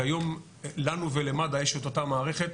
כיום לנו ולמד"א יש את אותה מערכת,